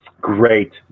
great